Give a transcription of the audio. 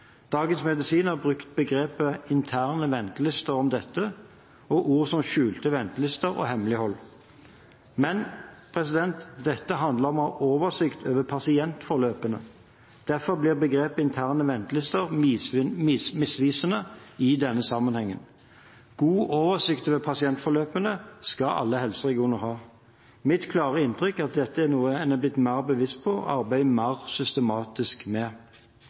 Dagens Medisin har brukt begrepet «interne ventelister» om dette, og ord som skjulte ventelister og hemmelighold. Men dette handler om å ha oversikt over pasientforløpene. Derfor blir begrepet «interne ventelister» misvisende i denne sammenhengen. God oversikt over pasientforløpene skal alle helseregioner ha. Mitt klare inntrykk er at dette er noe en er blitt mer bevisst på, og arbeider mer systematisk med.